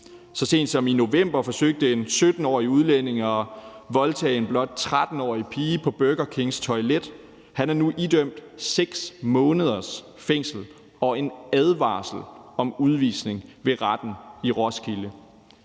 Så sent som i november forsøgte en 17-årig udlænding at voldtage en blot 13-årig pige på Burger Kings toilet. Han er nu idømt 6 måneders fængsel og enadvarsel om udvisning ved Retten i Roskilde.